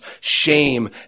shame